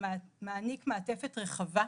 שמעניק מעטפת רחבה.